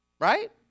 Right